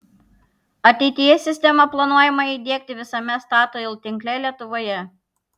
ateityje sistemą planuojama įdiegti visame statoil tinkle lietuvoje